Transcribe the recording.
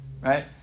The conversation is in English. right